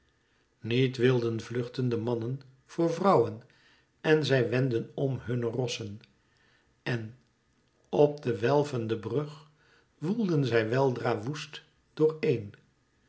niet wilden vluchten de mannen voor vrouwen en zij wendden m hunne rossen en op den welvenden brug woelden zij weldra woest dooreen de